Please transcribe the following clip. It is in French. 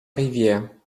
rivière